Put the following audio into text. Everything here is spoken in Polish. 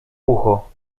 ucho